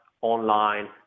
online